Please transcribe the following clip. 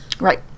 Right